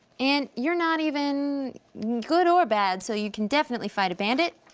and you're not even good or bad, so you can definitely fight a bandit,